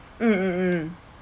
mm mm mm